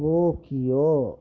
Tokyo